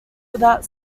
without